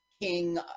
king